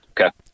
Okay